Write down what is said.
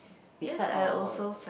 beside or